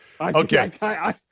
okay